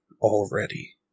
already